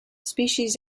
species